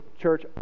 church